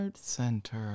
center